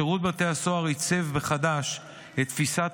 שירות בתי הסוהר עיצב מחדש את תפיסת